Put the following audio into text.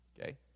okay